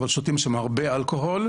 אבל שותים שם הרבה אלכוהול,